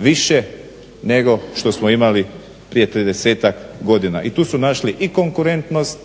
više nego što smo imali prije 30-tak godina i tu su našli i konkurentnost